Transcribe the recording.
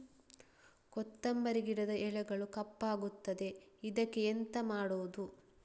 ಕೊತ್ತಂಬರಿ ಗಿಡದ ಎಲೆಗಳು ಕಪ್ಪಗುತ್ತದೆ, ಇದಕ್ಕೆ ಎಂತ ಮಾಡೋದು?